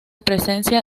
presencia